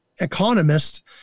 economist